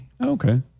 Okay